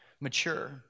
mature